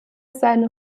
seine